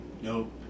Nope